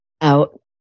out